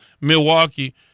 Milwaukee